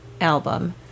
album